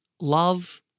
love